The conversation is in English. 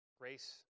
Grace